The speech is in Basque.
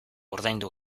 ordaindu